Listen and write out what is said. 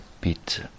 bit